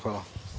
Hvala.